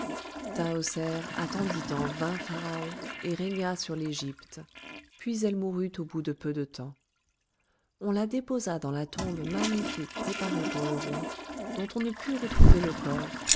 attendit en vain pharaon et régna sur l'égypte puis elle mourut au bout de peu de temps on la déposa dans la tombe magnifique préparée pour le roi dont on ne put retrouver le corps